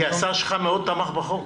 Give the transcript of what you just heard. השר שלך מאוד תמך בחוק.